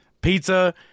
pizza